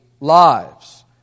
lives